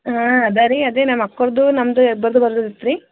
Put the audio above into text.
ಹಾಂ ಅದೇ ರೀ ಅದೇ ನಮ್ಮ ಅಕ್ಕೋರದು ನಮ್ಮದು ಇಬ್ಬರದ್ದೂ ಬರೋದಿತ್ತು ರೀ